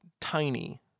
tiny